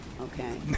Okay